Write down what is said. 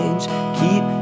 keep